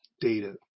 data